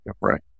right